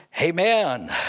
Amen